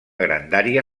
grandària